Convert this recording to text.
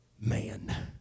man